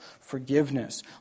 forgiveness